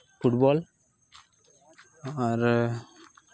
football ᱟᱨ